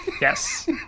Yes